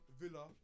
villa